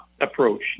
approach